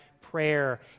prayer